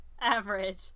Average